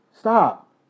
stop